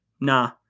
Nah